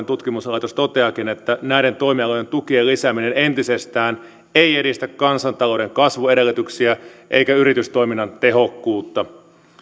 tutkimuslaitos toteaakin että näiden toimialojen tukien lisääminen entisestään ei edistä kansantalouden kasvuedellytyksiä eikä yritystoiminnan tehokkuutta